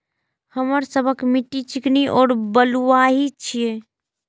हमर सबक मिट्टी चिकनी और बलुयाही छी?